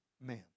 man